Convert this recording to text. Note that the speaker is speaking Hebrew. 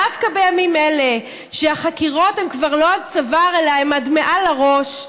דווקא בימים אלה שהחקירות הם כבר לא עד צוואר אלא הן עד מעל הראש,